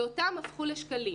ואותם הפכו לשקלים.